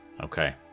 okay